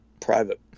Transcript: private